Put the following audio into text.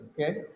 Okay